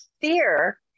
fear